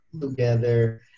together